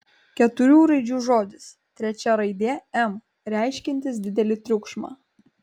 keturių raidžių žodis trečia raidė m reiškiantis didelį triukšmą